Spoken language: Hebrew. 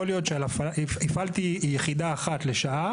יכול להיות שהפעלתי יחידה אחת לשעה